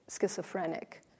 schizophrenic